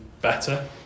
better